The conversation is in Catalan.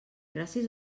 gràcies